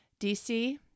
DC